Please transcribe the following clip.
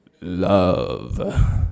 Love